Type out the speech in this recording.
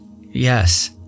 Yes